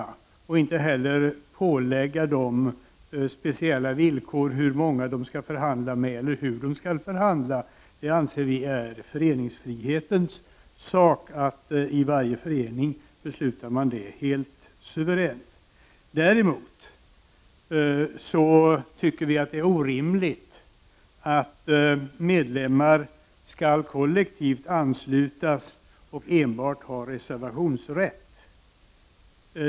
Vi vill inte heller ålägga dem speciella villkor för hur många de skall förhandla med eller för hur de skall förhandla. Vi anser att det är ett uttryck för föreningsfriheten att varje förening beslutar om detta helt suveränt. Däremot tycker vi att det är orimligt att medlemmar skall anslutas kollektivt och enbart skall ha reservationsrätt.